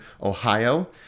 Ohio